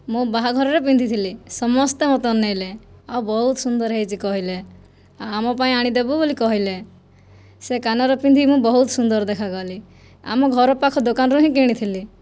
ମୁଁ ବାହାଘରରେ ପିନ୍ଧିଥିଲି ସମସ୍ତେ ମୋତେ ଅନାଇଲେ ଆଉ ବହୁତ ସୁନ୍ଦର ହୋଇଛି କହିଲେ ଆମ ପାଇଁ ଆଣି ଦେବୁ ବୋଲି କହିଲେ ସେ କାନର ପିନ୍ଧି ମୁଁ ବହୁତ ସୁନ୍ଦର ଦେଖାଗଲି ଆମ ଘର ପାଖ ଦୋକାନରୁ ହିଁ କିଣିଥିଲି